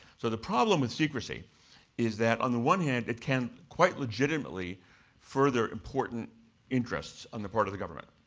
so the problem with secrecy is that on the one hand, it can quite legitimately further important interests on the part of the government.